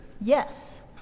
Yes